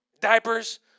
Diapers